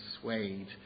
swayed